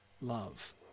love